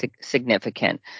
significant